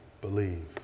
Believe